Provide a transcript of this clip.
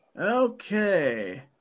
Okay